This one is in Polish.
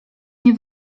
nie